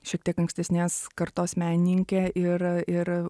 šiek tiek ankstesnės kartos menininkė ir ir